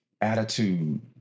attitude